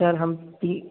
sir हम ती